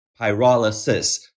Pyrolysis